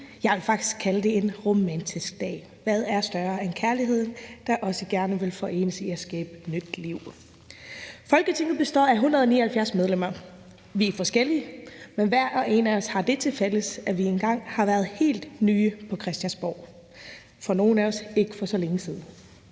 Jeg vil faktisk kalde det en romantisk dag. Hvad er større end kærligheden, der også gerne vil forenes i at skabe nyt liv? Folketinget består af 179 medlemmer. Vi er forskellige, men hver og en af os har det tilfælles, at vi engang har været helt nye på Christiansborg. For nogle af os var det ikke for så længe siden.